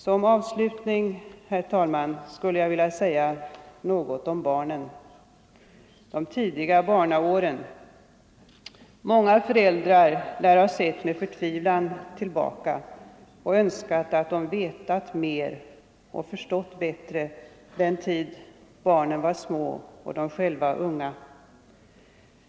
Som avslutning, herr talman, skulle jag vilja säga något om barnen —- de tidiga barnaåren. Många föräldrar lär ha sett med förtvivlan tillbaka och önskat att de vetat mer och förstått bättre den tid barnen var små och de själva unga.